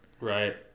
Right